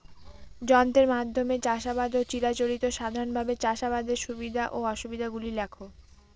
যন্ত্রের মাধ্যমে চাষাবাদ ও চিরাচরিত সাধারণভাবে চাষাবাদের সুবিধা ও অসুবিধা গুলি লেখ?